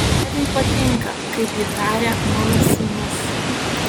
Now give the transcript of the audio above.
leviui patinka kaip ji taria mano sūnus